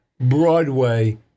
Broadway